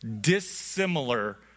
dissimilar